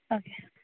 okay